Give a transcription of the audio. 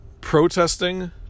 protesting